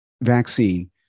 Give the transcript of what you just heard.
vaccine